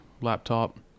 laptop